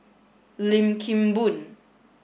Lim Kim Boon